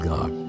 God